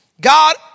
God